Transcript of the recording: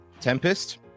Tempest